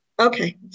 Okay